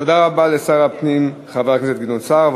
תודה רבה לשר הפנים, חבר הכנסת גדעון סער.